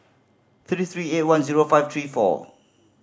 three three eight one zero five three four